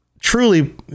Truly